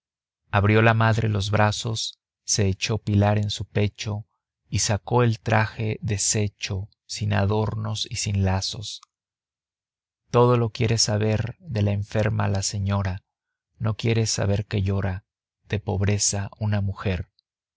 abrió la madre los brazos se echó pilar en su pecho y sacó el traje deshecho sin adornos y sin lazos todo lo quiere saber de la enferma la señora no quiere saber que llora de pobreza una mujer